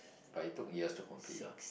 but it took years to complete lah